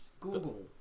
Google